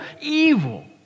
evil